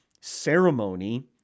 ceremony